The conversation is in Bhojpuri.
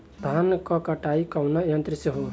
धान क कटाई कउना यंत्र से हो?